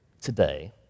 today